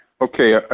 Okay